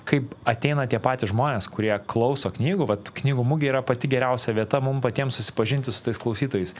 kaip ateina tie patys žmonės kurie klauso knygų vat knygų mugė yra pati geriausia vieta mum patiems susipažinti su tais klausytojais